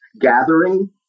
gathering